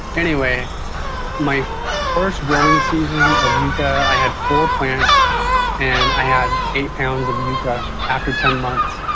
anyway my first growing season of yuca i had four plants and i had eight pounds of yuca after ten months.